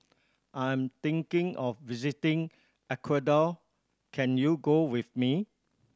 I'm thinking of visiting Ecuador can you go with me